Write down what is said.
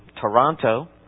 toronto